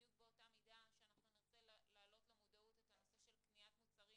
בדיוק באותה מידה שאנחנו נרצה להעלות למודעות את הנושא של קניית מוצרים